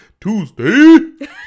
Tuesday